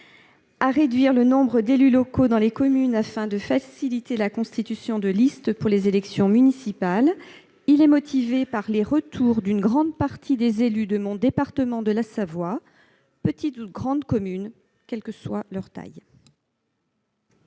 à réduire le nombre d'élus locaux dans les communes afin de faciliter la constitution de listes pour les élections municipales, il est motivé par les retours d'une grande partie des élus de mon département de la Savoie, petite ou grande commune, quelle que soit leur taille.